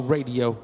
Radio